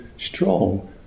strong